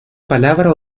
palabra